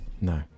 No